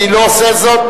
איני עושה זאת,